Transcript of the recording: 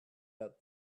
out